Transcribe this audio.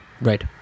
Right